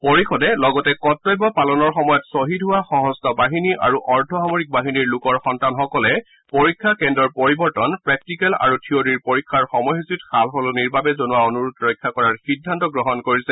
পৰিষদে লগতে কৰ্তব্য পালনৰ সময়ত ছহিদ হোৱা সশস্ত্ৰ বাহিনী আৰু অৰ্ধ সামৰিক বাহিনীৰ লোকৰ সন্তানসকলে পৰীক্ষাৰ কেন্দ্ৰৰ পৰিবৰ্তন প্ৰেক্টিকেল আৰু থিয়ৰিৰ পৰীক্ষাৰ সময়সূচীত সাল সলনিৰ বাবে জনোৱা অনূৰোধ ৰক্ষা কৰাৰ সিদ্ধান্ত গ্ৰহণ কৰিছে